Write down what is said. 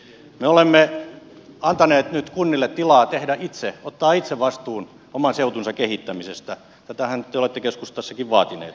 me olemme antaneet nyt kunnille tilaa ottaa itse vastuun oman seutunsa kehittämisestä ja tätähän te olette keskustassakin vaatineet